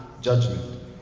judgment